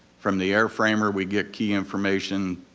from the airframer we get key information,